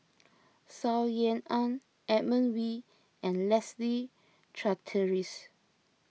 Saw Ean Ang Edmund Wee and Leslie Charteris